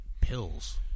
pills